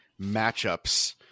matchups